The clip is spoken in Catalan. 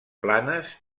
planes